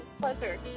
Pleasure